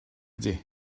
ydy